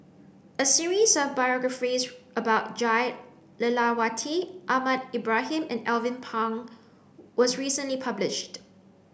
a series of biographies about Jah Lelawati Ahmad Ibrahim and Alvin Pang was recently published